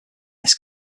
this